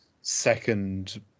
second